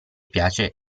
piace